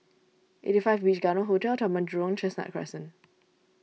eight five Beach Garden Hotel Taman Jurong Chestnut Crescent